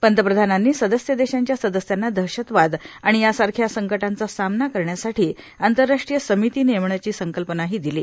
पंतप्रधानांनी सदस्य देशांच्या सदस्यांना दहशतवाद आणि या सारख्या संकटांचा सामना करण्यासाठी आंतरराष्ट्रीय समिती नेमण्याची संकल्पनाही दिली